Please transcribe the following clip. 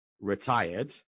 retired